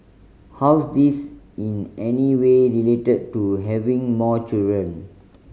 how's this in any way related to having more children